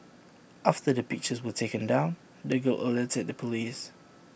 after the pictures were taken down the girl alerted the Police